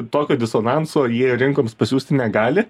tokio disonanso jie rinkoms pasiųsti negali